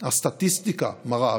הסטטיסטיקה מראה,